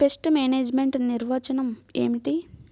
Pest management నిర్వచనం ఏమిటి?